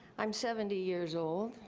i'm seventy years old.